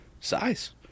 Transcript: size